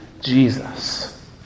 Jesus